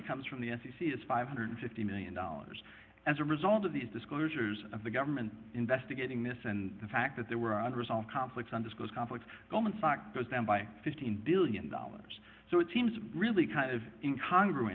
that comes from the f c c is five hundred and fifty million dollars as a result of these disclosures of the government investigating this and the fact that there were other resolve conflicts and this goes conflicts goldman sachs goes down by fifteen billion dollars so it seems really kind of in congress